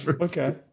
Okay